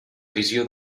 visió